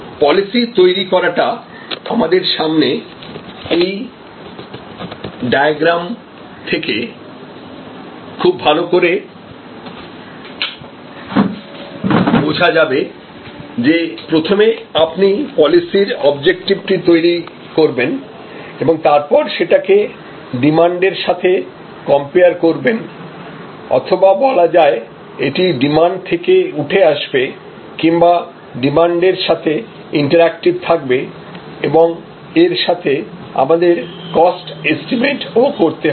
policy তৈরি করাটা আপনাদের সামনে এই ডায়াগ্রামটি থেকে খুব ভালো করে বোঝা যাবে যে প্রথমে আপনি পলিসির অবজেক্টিভ ঠিক করবেন এবং তারপর সেটাকে ডিমান্ড এর সাথে কম্পেয়ার করবেন অথবা বলা যায় এটা ডিমান্ড থেকে উঠে আসবে কিংবা ডিমান্ড এর সাথে ইন্টারঅ্যাকটিভ থাকবে এবং এর সাথে আমাদের কস্ট এস্টিমেট ও করতে হবে